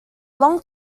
long